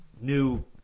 new